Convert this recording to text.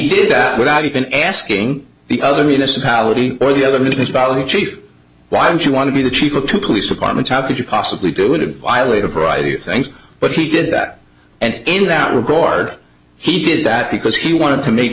that without even asking the other municipality or the other municipality chief why don't you want to be the chief of police departments how could you possibly do to violate a variety of things but he did that and in that regard he did that because he wanted to make